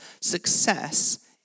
success